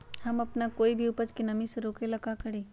हम अपना कोई भी उपज के नमी से रोके के ले का करी?